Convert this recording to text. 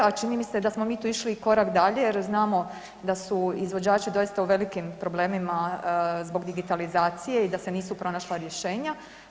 A čini mi se da smo mi tu išli i korak dalje jer znamo da su izvođači doista u velikim problemima zbog digitalizacije i da se nisu pronašla rješenja.